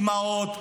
אימהות,